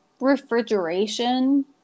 refrigeration